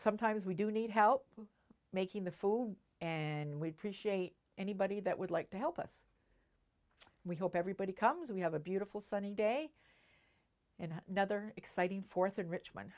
sometimes we do need help making the food and we preach a anybody that would like to help us we hope everybody comes we have a beautiful sunny day and another exciting fourth in richmond